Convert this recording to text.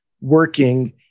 working